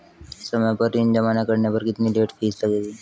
समय पर ऋण जमा न करने पर कितनी लेट फीस लगेगी?